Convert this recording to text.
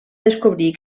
descobrir